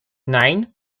nine